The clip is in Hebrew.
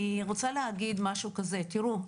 תראו,